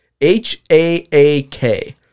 H-A-A-K